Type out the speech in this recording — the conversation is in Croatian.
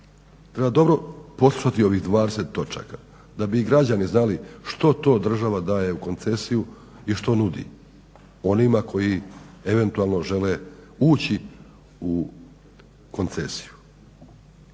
treba dobro poslušati ovih 20 točaka da bi i građani znali što to država daje u koncesiju i što nudi onima koji eventualno žele ući u koncesiju.